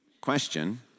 Question